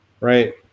right